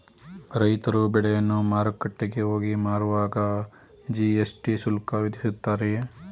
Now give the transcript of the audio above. ರೈತರು ಬೆಳೆಯನ್ನು ಮಾರುಕಟ್ಟೆಗೆ ಹೋಗಿ ಮಾರುವಾಗ ಜಿ.ಎಸ್.ಟಿ ಶುಲ್ಕ ವಿಧಿಸುತ್ತಾರೆಯೇ?